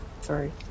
sorry